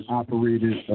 operated